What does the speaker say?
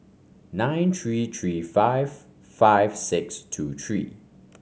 nine three three five five six two three